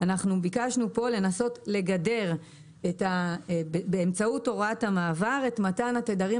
אנחנו ביקשנו פה לנסות לגדר באמצעות הוראת המעבר את מתן התדרים